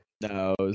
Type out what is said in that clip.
No